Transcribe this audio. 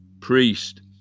priest